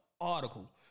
article